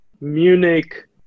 Munich